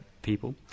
people